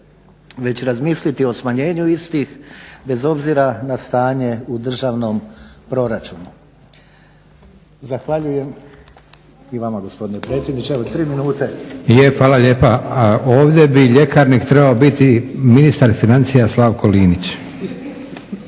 već razmisliti o smanjenju istih bez obzira na stanje u državnom proračunu.